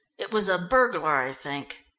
it was a burglar, i think.